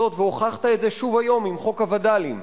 והוכחת את זה שוב היום עם חוק הווד"לים,